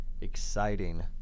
exciting